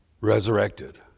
resurrected